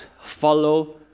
follow